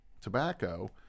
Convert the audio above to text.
tobacco